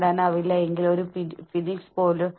ചില സംഘടനകൾക്ക് അവരുടെ സമുച്ചയങ്ങളിൽ ജിമ്മുകൾ ഉണ്ട്